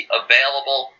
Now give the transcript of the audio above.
available